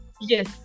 yes